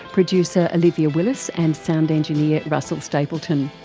producer olivia willis and sound engineer russell stapleton.